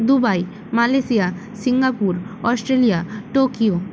Dubai Malaysia Singapore Australia Tokyo